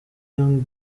young